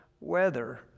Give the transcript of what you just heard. weather